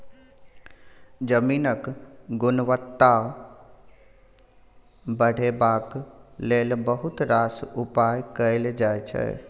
जमीनक गुणवत्ता बढ़ेबाक लेल बहुत रास उपाय कएल जाइ छै